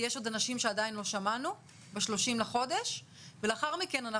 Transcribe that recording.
ולאחר מכן,